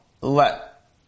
let